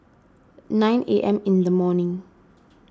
nine A M in the morning